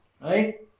right